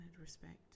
respect